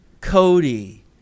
Cody